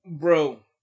Bro